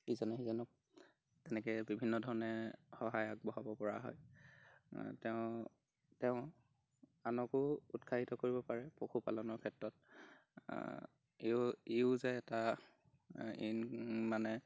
ইজনে সিজনক এনেকৈ বিভিন্ন ধৰণে সহায় আগবঢ়াব পৰা হয় তেওঁ তেওঁ আনকো উৎসাহিত কৰিব পাৰে পশুপালনৰ ক্ষেত্ৰত ইয়ো ইয়ো যে এটা মানে